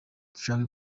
dushaka